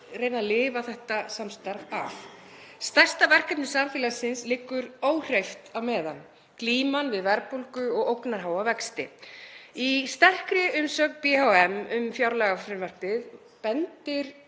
reyna að lifa þetta samstarf af. Stærsta verkefni samfélagsins liggur óhreyft á meðan; glíman við verðbólgu og ógnarháa vexti. Í sterkri umsögn BHM um fjárlagafrumvarpið bendir